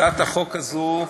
הצעת החוק הזאת היא,